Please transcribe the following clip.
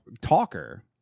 talker